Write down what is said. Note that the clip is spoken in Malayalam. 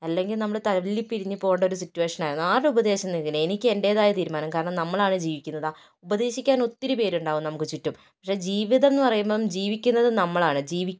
അല്ലെങ്കിൽ നമ്മള് തല്ലി പിരിഞ്ഞ് പോകെണ്ട ഒരു സിറ്റുവേഷനായിരുന്നു ആരുടേയും ഉപദേശം നേടിയില്ല എനിക്ക് എൻറ്റേതായ തീരുമാനം കാരണം നമ്മളാണ് ജീവിക്കുന്നത് അ ഉപദേശിക്കാൻ ഒത്തിരിപ്പേരുണ്ടാവും നമുക്ക് ചുറ്റും പക്ഷെ ജീവിതമെന്ന് പറയുമ്പം ജീവിക്കുന്നത് നമ്മളാണ് ജീവി